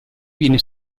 viene